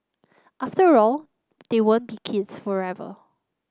after all they won't be kids forever